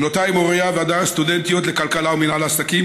בנותיי מוריה והדר הן סטודנטיות לכלכלה ומינהל עסקים.